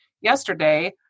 yesterday